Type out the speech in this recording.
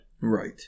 Right